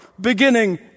beginning